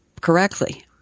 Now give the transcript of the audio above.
correctly